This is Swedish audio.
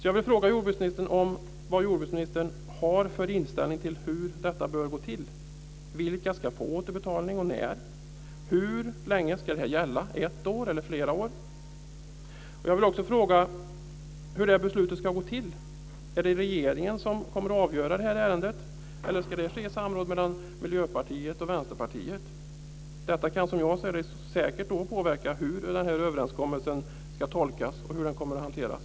Jag vill fråga jordbruksministern om vad hon har för inställning till hur detta bör gå till. Vilka ska få återbetalning, och när? Hur länge ska detta gälla - ett år eller flera år? Jag vill också fråga hur det beslutet ska fattas. Är det regeringen som kommer att avgöra detta ärende, eller ska det ske i samråd med Miljöpartiet och Vänsterpartiet? Detta kan, som jag ser det, påverka hur denna överenskommelse tolkas och hur den kommer att hanteras.